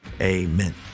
Amen